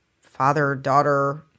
father-daughter